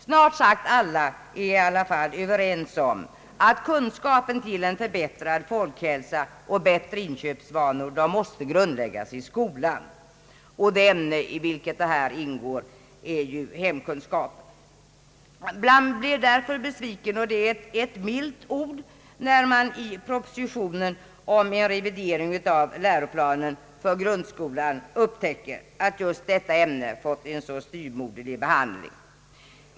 Snart sagt alla är överens om att kunskapen till en förbättrad folkhälsa och bättre inköpsvanor måste grundläggas i skolan. Det ämne i vilket dessa saker ingår är hemkunskap. Det är ett milt ord att säga, att man är besviken efter att i propositionen om en revidering av läroplanen för grundskolan upptäcka att just detta ämne fått en så styvmoderlig behandling.